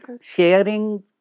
Sharing